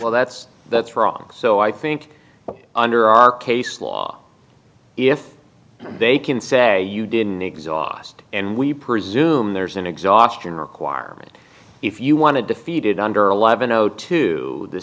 well that's that's wrong so i think under our case law if they can say you didn't exhaust and we presume there's an exhaustion requirement if you want to defeat it under eleven o two the